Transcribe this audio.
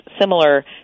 similar